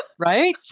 right